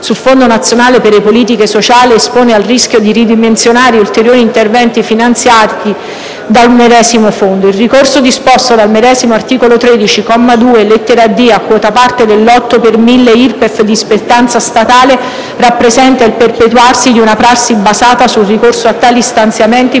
sul Fondo nazionale per le politiche sociali, espone al rischio di ridimensionare ulteriori interventi finanziati dal medesimo Fondo; - il ricorso, disposto dai medesimo articolo 13, comma 2, lettera *d)*, a quota parte dell'otto per mille IRPEF di spettanza statale, rappresenta il perpetuarsi di una prassi basata sul ricorso a tali stanziamenti